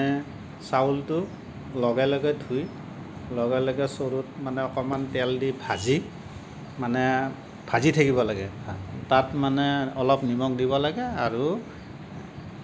চাউলটো লগে লগে ধুই লগে লগে চৰুত মানে অকণমান তেল দি ভাজি মানে ভাজি থাকিব লাগে তাত মানে অলপ নিমখ দিব লাগে আৰু